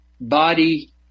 body